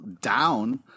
down